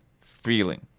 feeling